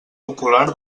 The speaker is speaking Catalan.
popular